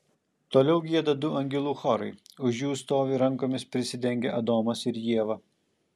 toliau gieda du angelų chorai už jų stovi rankomis prisidengę adomas ir ieva